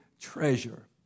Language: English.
treasure